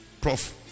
prof